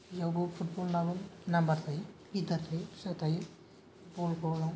बियावबो फुटबलनाबो नाम्बार थायो गिदिर थायो फिसा थायो बल